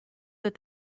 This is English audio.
that